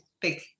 big